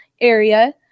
area